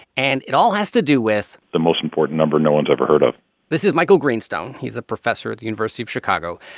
and it all has to do with. the most important number no one's ever heard of this is michael greenstone. he's a professor at the university of chicago.